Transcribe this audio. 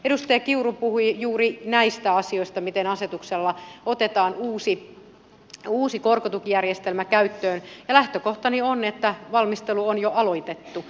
edustaja kiuru puhui juuri näistä asioista miten asetuksella otetaan uusi korkotukijärjestelmä käyttöön ja lähtökohtani on että valmistelu on jo aloitettu